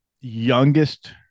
youngest